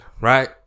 right